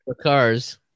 cars